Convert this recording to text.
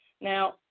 Now